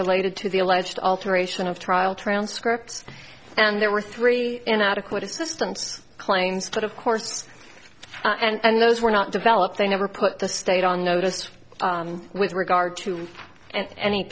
related to the alleged alteration of trial transcripts and there were three inadequate assistance claims but of course and those were not developed they never put the state on notice with regard to any